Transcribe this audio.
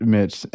Mitch